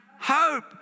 hope